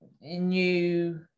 new